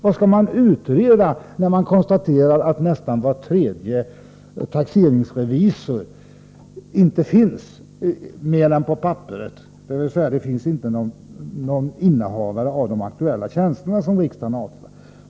Vad skall man utreda när man konstaterar att nästan var tredje taxeringsrevisor inte finns mer än på papperet, dvs. att det inte finns innehavare av de av riksdagen inrättade tjänsterna?